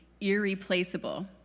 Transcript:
irreplaceable